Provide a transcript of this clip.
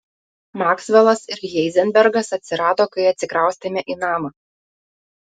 maksvelas ir heizenbergas atsirado kai atsikraustėme į namą